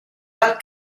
dal